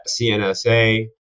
CNSA